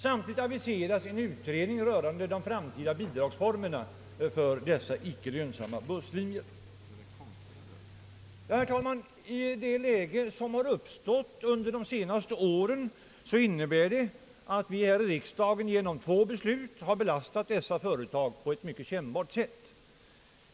Samtidigt avi seras en utredning rörande de framtida bidragsformerna för dessa icke lönsamma busslinjer. I det läge, herr talman, som uppstått under de senaste åren, har två av riksdagens beslut lett till att dessa företag på ett mycket kännbart sätt belastats.